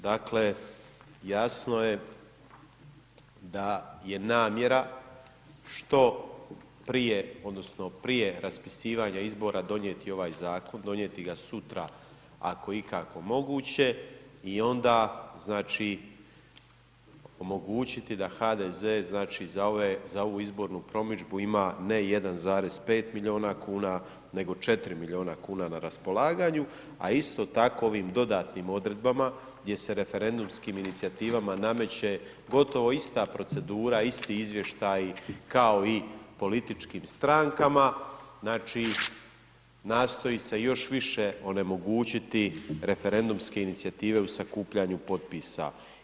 Dakle, jasno je da je namjera što prije, odnosno prije raspisivanja izbora donijeti ovaj zakon, donijeti ga sutra, ako je ikako moguće i onda omogućiti da HDZ za ovu izbornu promidžbu ima, ne 1,5 milijuna kuna, nego 4 milijuna kuna na raspolaganju, a isto tako ovim dodatnim odredbama gdje se referendumskim inicijativama nameće gotovo ista procedura, isti izvještaji kao i političkim strankama, znači, nastoji se još više onemogućiti referendumske inicijative u sakupljanju potpisa.